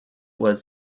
was